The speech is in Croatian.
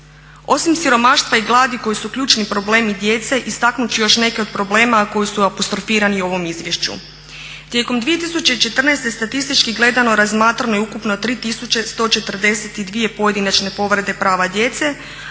Osim siromaštva i gladi koji su ključni problemi djeci istaknut ću još neke od problema koji su apostrofirani u ovom izvješću. Tijekom 2014.statistički gledano razmatrano je ukupno 3.142 pojedinačne povrede prava djece,